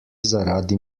zaradi